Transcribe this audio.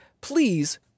please